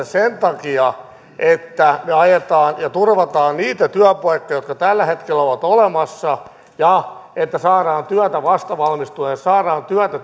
sen takia että me ajetaan ja turvataan niitä työpaikkoja jotka tällä hetkellä ovat olemassa ja että saadaan työtä vastavalmistuneille saadaan työtä